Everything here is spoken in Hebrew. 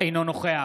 אינו נוכח